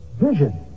vision